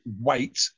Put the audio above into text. wait